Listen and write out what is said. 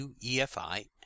UEFI